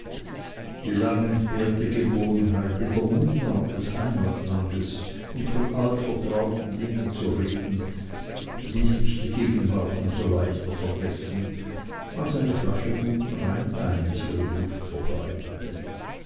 die langentbehrte gewohnheit in der mundart des heimatlandes und von altvertrauten dingen zu reden ließ mich die gegenwart um so leichter vergessen als eine flasche guten rheinweines ihren duft verbreitete